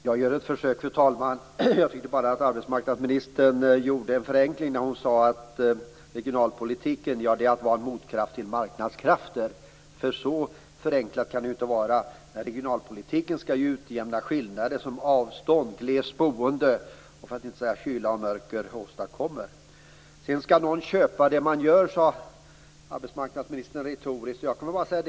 Fru talman! Jag tycker att arbetsmarknadsministern gjorde en förenkling när hon sade att regionalpolitikens syfte var att vara en motkraft till marknadskrafterna. Så enkelt kan det inte vara. Regionalpolitiken skall ju utjämna sådana skillnader som avstånd, glest boende samt kyla och mörker åstadkommer. Arbetsmarknadsministern frågade retoriskt vem som skulle köpa det som produceras.